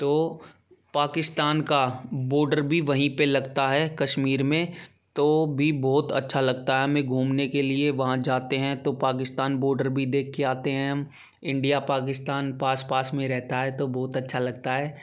तो पाकिस्तान का बॉर्डर भी वहीं पर लगता है कश्मीर में तो भी बहुत अच्छा लगता है हमें घूमने के लिए वहाँ जाते हैं तो पाकिस्तान बॉर्डर भी देखकर आते हैं हम इंडिया पाकिस्तान पास पास में रहता है तो बहुत अच्छा लगता है